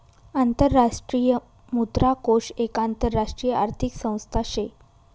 आंतरराष्ट्रीय मुद्रा कोष एक आंतरराष्ट्रीय आर्थिक संस्था शे